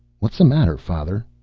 what's the matter, father?